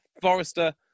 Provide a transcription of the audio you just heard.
Forrester